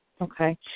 Okay